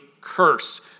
curse